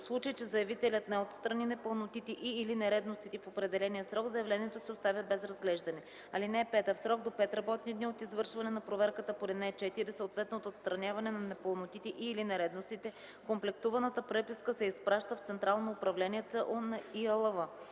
В случай че заявителят не отстрани непълнотите и/или нередностите в определения срок, заявлението се оставя без разглеждане. (5) В срок до 5 работни дни от извършване на проверката по ал. 4, съответно от отстраняване на непълнотите и/или нередностите, комплектуваната преписка се изпраща в Централното управление (ЦУ) на ИАЛВ.